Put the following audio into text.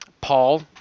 Paul